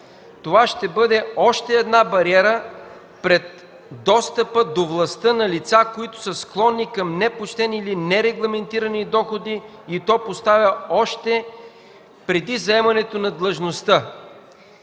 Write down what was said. Това ще бъде още една бариера пред достъпа до властта на лица, които са склонни към непочтени или нерегламентирани доходи, и то още преди вземането на длъжността.